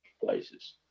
places